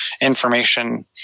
information